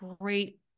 great